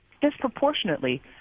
disproportionately